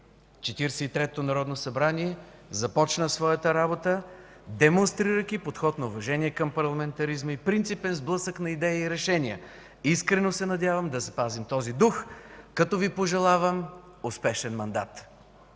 третото народно събрание започна своята работа, демонстрирайки подход на уважение към парламентаризма и принципен сблъсък на идеи и решения. Искрено се надявам да запазим този дух, като Ви пожелавам успешен мандат.